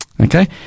Okay